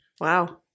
Wow